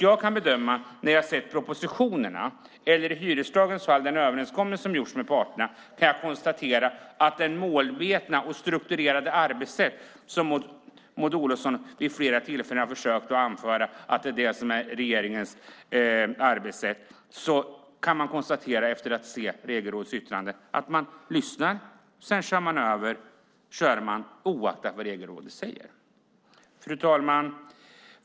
Jag har sett propositionerna och, i hyreslagens fall, den överenskommelse som har gjorts mellan parterna. Maud Olofsson har vid flera tillfällen försökt anföra att regeringens arbetssätt är målmedvetet och strukturerat. Men jag kan efter att ha sett Regelrådets yttrande konstatera att man lyssnar, och sedan kör man över, oaktat vad Regelrådet säger. Fru talman!